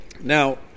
Now